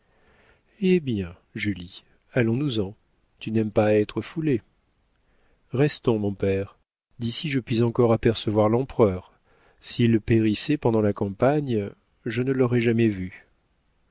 eh bien julie allons-nous-en tu n'aimes pas à être foulée restons mon père d'ici je puis encore apercevoir l'empereur s'il périssait pendant la campagne je ne l'aurais jamais vu